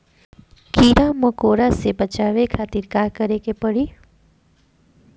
कीड़ा मकोड़ा से बचावे खातिर का करे के पड़ी?